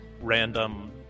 random